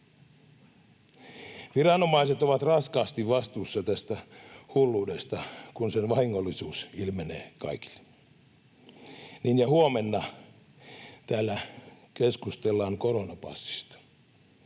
Viranomaiset ovat raskaasti vastuussa tästä hulluudesta, kun sen vahingollisuus ilmenee kaikille. Niin, ja huomenna täällä keskustellaan koronapassista.